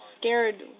scared